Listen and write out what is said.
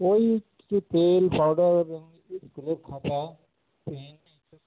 ওই কিছু তেল পাউডার এবং স্কুলের খাতা পেন এই সব